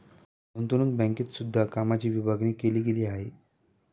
गुतंवणूक बँकेत सुद्धा कामाची विभागणी केली गेली आहे